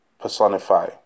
personify